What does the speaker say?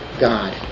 God